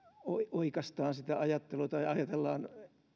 oikaistaan sitä ajattelua tai ajatellaan